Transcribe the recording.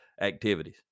activities